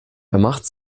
macht